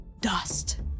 dust